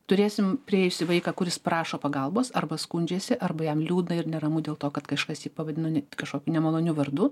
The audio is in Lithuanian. turėsim priėjusą vaiką kuris prašo pagalbos arba skundžiasi arba jam liūdna ir neramu dėl to kad kažkas jį pavadino ne kažkokiu nemaloniu vardu